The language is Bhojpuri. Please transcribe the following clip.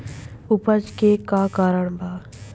अपच के का कारण बा?